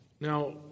Now